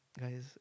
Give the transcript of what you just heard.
guys